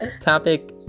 topic